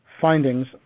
findings